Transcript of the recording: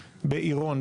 בעירון,